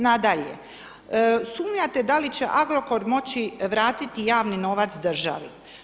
Nadalje, sumnjate da li će Agrokor moći vratiti javni novac državi?